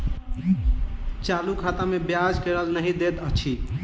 चालू खाता मे ब्याज केल नहि दैत अछि